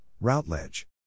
Routledge